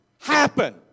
happen